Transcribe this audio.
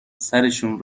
سرشون